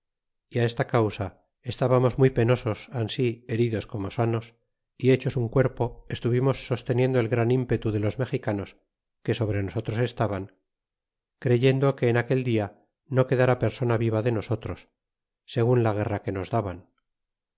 y á esta causa estábamos muy penosos ansi heridos como sanos y hechos un cuerpo estuvimos sosteniendo el gran ímpetu de los mexicanos que sobre nosotros estaban creyendo que en aquel dia no quedara persona viva de nosotros segun la guerra que nos daban